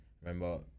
remember